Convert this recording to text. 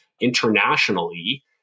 internationally